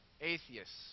atheists